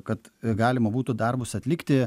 kad galima būtų darbus atlikti